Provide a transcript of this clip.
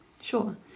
sure